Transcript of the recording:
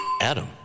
Adam